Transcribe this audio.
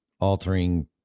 altering